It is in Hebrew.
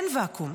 אין ואקום.